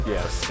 Yes